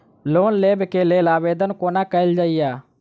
Loan लेबऽ कऽ लेल आवेदन कोना कैल जाइया?